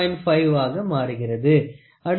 500 ஆக மாறுகிறது